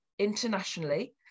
internationally